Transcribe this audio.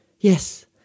yes